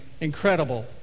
Incredible